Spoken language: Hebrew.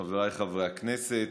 חבריי חברי הכנסת,